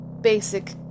basic